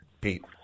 Pete